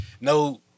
no